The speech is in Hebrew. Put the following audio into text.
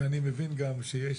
אני מבין גם שיש